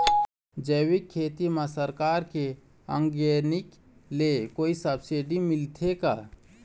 जैविक खेती म सरकार के ऑर्गेनिक ले कोई सब्सिडी मिलथे का?